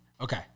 okay